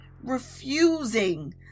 Refusing